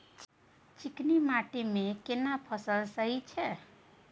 चिकनी माटी मे केना फसल सही छै?